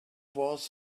was